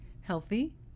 healthy